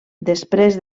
després